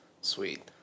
Sweet